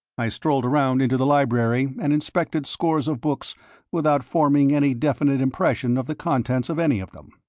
i strolled around into the library and inspected scores of books without forming any definite impression of the contents of any of them.